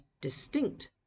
distinct